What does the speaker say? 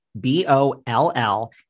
B-O-L-L